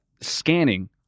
scanning